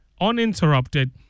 Uninterrupted